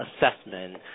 assessment